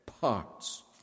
parts